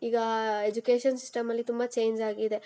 ಈಗ ಎಜುಕೇಷನ್ ಸಿಸ್ಟಮಲ್ಲಿ ತುಂಬ ಚೇಂಜಾಗಿದೆ